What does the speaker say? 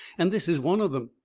and this is one of them.